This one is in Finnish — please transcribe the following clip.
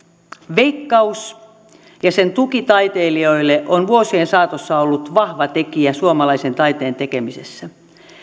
veikkaus ja sen tuki taiteilijoille ovat vuosien saatossa olleet vahva tekijä suomalaisen taiteen tekemisessä